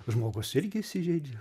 žmogus irgi įsižeidžia